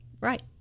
Right